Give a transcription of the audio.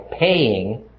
paying